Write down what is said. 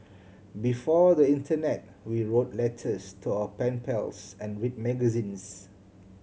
before the internet we wrote letters to our pen pals and read magazines